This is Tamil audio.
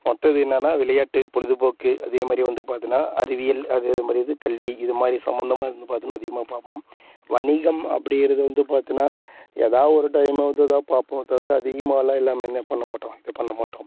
மற்றது என்னன்னா விளையாட்டு பொழுதுபோக்கு அதே மாதிரி வந்து பார்த்தினா அறிவியல் அதே இது மாதிரி இது கல்வி இது மாதிரி சம்மந்தமாக இது வந்து பார்த்தினா அதிகமாக பார்ப்போம் வணிகம் அப்படிங்கறது வந்து பார்த்தினா எதா ஒரு டைம் வந்து எதா பார்ப்போமே தவிர அதிகமாகலாம் எல்லாமேலாம் பண்ணமாட்டோம் இது பண்ணமாட்டோம்